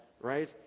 right